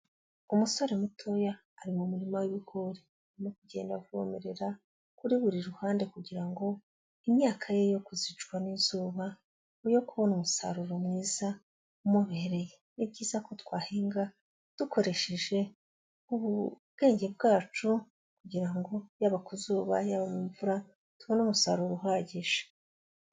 Umusore mutoya ari mu murima w'ibigori, arimo kugenda avomerera kuri buri ruhande kugira ngo imyaka ye yokuzicwa n'izuba, yokubona umusaruro mwiza umubereye, ni byiza ko twahinga dukoresheje ubu ubwenge bwacu, kugira ngo yaba ku zuba yaba mu mvura, tubone umusaruro uhagije.